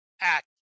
act